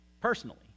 personally